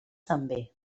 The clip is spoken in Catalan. també